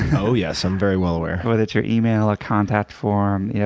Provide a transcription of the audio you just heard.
and oh, yes. i'm very well aware. whether it's your email, or contact form, you know